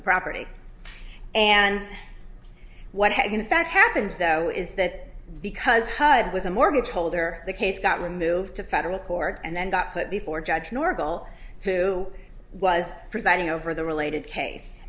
the property and what has in fact happened though is that because hud was a mortgage holder the case got removed to federal court and then got put before judge nergal who was presiding over the related case